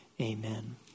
amen